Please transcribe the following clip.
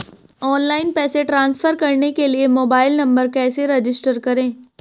Online पैसे transfer करने के लिए मोबाइल नंबर कैसे रजिस्टर करें?